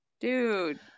Dude